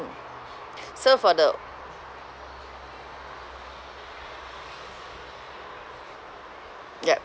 so for the yup